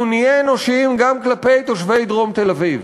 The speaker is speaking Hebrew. אנחנו נהיה אנושיים גם כלפי תושבי דרום תל-אביב.